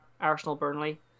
Arsenal-Burnley